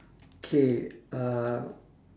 K uh